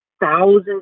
thousands